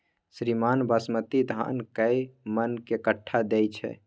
श्रीमान बासमती धान कैए मअन के कट्ठा दैय छैय?